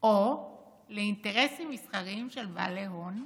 או לאינטרסים מסחריים של בעלי הון.